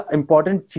important